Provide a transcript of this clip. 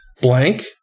Blank